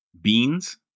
Beans